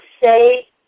say